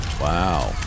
Wow